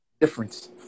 difference